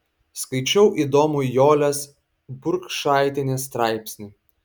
skaičiau įdomų jolės burkšaitienės straipsnį